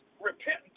repent